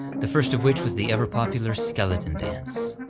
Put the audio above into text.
the first of which was the ever-popular skeleton dance.